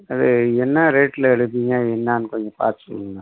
அது என்ன ரேடில் எடுப்பீங்க என்னான்னு கொஞ்சம் பார்த்து சொல்லுங்கள்